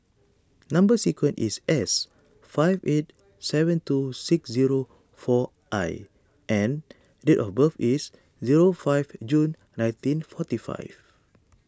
Number Sequence is S five eight seven two six zero four I and date of birth is zero five June nineteen forty five